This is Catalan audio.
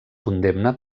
condemna